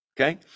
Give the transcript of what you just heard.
okay